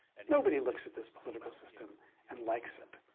and nobody looks at this political system and likes it.